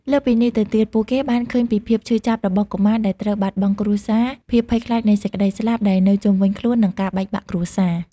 លើសពីនេះទៅទៀតពួកគេបានឃើញពីភាពឈឺចាប់របស់កុមារដែលត្រូវបាត់បង់គ្រួសារ ភាពភ័យខ្លាចនៃសេចក្ដីស្លាប់ដែលនៅជុំវិញខ្លួន និងការបែកបាក់គ្រួសារ។